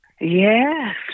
Yes